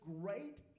great